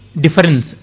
difference